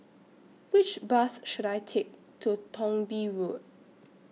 Which Bus should I Take to Thong Bee Road